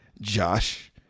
Josh